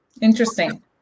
Interesting